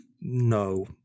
No